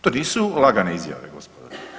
To nisu lagane izjave, gospodo.